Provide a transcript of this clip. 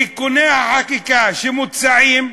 תיקוני החקיקה שמוצעים,